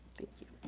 thank you.